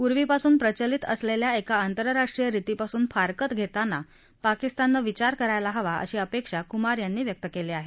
पूर्वीपासून प्रचलित असलेल्या एका आंतरराष्ट्रीय रीतीपासून फारकत घेताना पाकिस्ताननं विचार करायला हवा अशी अपेक्षा कुमार यांनी व्यक्त केली आहे